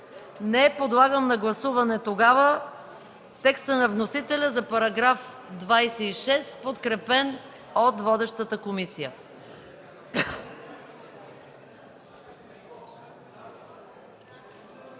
подлагам на гласуване текста на вносителя за § 26, подкрепен от водещата комисия.